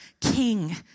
King